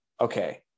okay